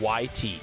YT